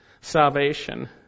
salvation